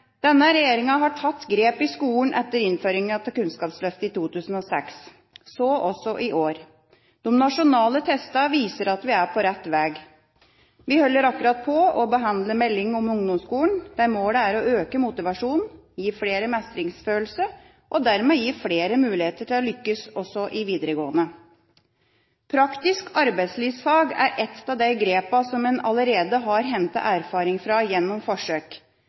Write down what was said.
Denne regjeringa har tatt grep i skolen etter innføringa av Kunnskapsløftet i 2006, så også i år. De nasjonale testene viser at vi er på rett vei. Vi holder akkurat på å behandle meldinga om ungdomsskolen, der målet er å øke motivasjonen, gi flere mestringsfølelse og dermed gi flere muligheter til å lykkes også i videregående. Praktisk arbeidslivsfag er ett av de grepene som en allerede har hentet erfaring fra gjennom forsøk.